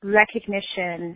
recognition